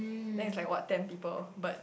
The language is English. then it's like what ten people but